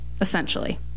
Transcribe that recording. essentially